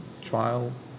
trial